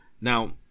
now